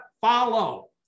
follow